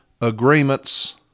agreements